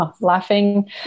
laughing